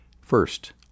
First